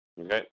Okay